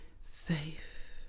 safe